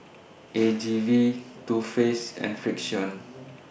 A G V Too Faced and Frixion